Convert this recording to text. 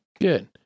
good